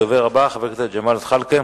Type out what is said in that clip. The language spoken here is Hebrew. הדובר הבא, חבר הכנסת ג'מאל זחאלקה.